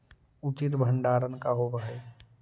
उचित भंडारण का होव हइ?